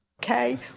Okay